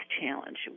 challenge